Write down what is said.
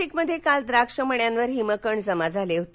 नाशिकमध्ये काल द्राक्ष मण्यावर हिमकण जमा झाले होते